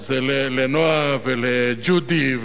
לנועה ולג'ודי,